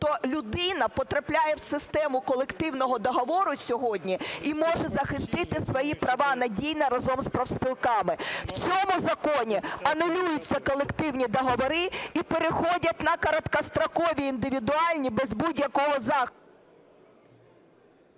то людина потрапляє в систему колективного договору сьогодні і може захистити свої права надійно разом з профспілками. В цьому законі анулюються колективні договори і переходять на короткострокові індивідуальні без будь-якого захисту...